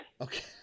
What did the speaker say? Okay